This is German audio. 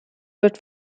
wird